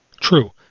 True